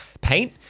paint